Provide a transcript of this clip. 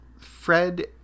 Fred